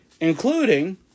including